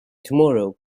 tomorrow